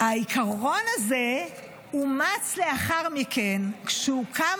העיקרון הזה אומץ לאחר מכן כשהוקם